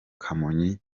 kamonyi